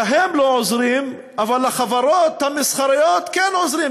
להם לא עוזרים, ולחברות המסחריות כן עוזרים.